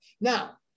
Now